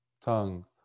tongue